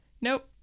nope